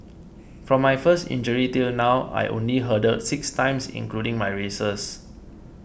from my first injury till now I only hurdled six times including my races